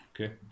Okay